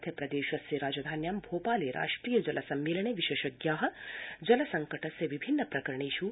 मध्यप्रदेशस्य राजधान्यां भोपाले राष्ट्रीय जल सम्मेलने विशेषज्ञा जल संकटस्य विभिन्न प्रकरणेष् चर्चयन्ति